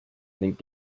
ning